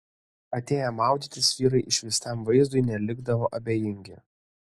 atėję maudytis vyrai išvystam vaizdui nelikdavo abejingi